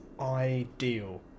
ideal